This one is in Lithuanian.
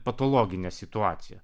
patologinę situaciją